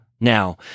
Now